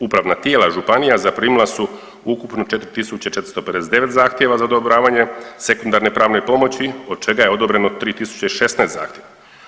Upravna tijela županija zaprimila su ukupno 4.459 zahtjeva za odobravanje sekundarne pravne pomoći od čega je odobreno 3.016 zahtjeva.